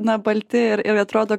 na balti ir ir atrodo